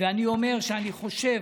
אני אומר שאני חושב,